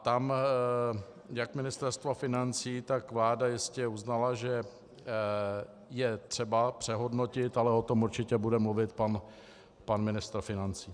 Tam jak Ministerstvo financí, tak vláda jistě uznaly, že je třeba přehodnotit, ale o tom určitě bude mluvit pan ministr financí.